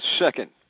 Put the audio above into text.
second